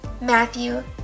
Matthew